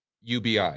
UBI